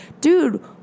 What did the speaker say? dude